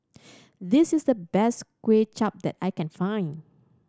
this is the best Kuay Chap that I can find